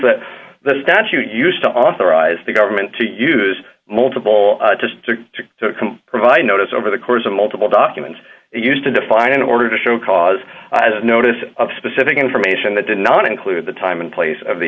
that the statute used to authorize the government to use multiple to provide notice over the course of multiple documents used to define in order to show cause notice of specific information that did not include the time and place of the